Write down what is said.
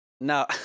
No